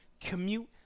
Commute